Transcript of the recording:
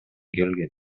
келген